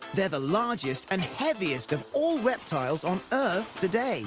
they are the largest and heaviest of all reptiles on earth today